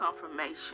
confirmation